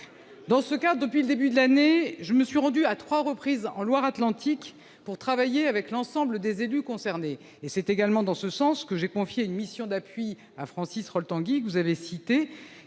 Dans ce cadre, depuis le début de l'année, je me suis rendu à trois reprises en Loire-Atlantique pour travailler avec l'ensemble des élus concernés. C'est également dans ce sens que j'ai confié une mission d'appui à Francis Rol-Tanguy, que vous avez cité,